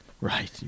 Right